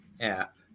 app